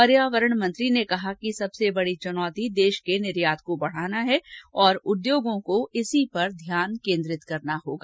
पर्यावरण मंत्री ने कहा कि सबसे बड़ी चुनौती देश के निर्यात को बढ़ाना है और उद्योगों को इसी पर ध्यान केंद्रित करना होगा